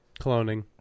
Cloning